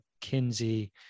kinsey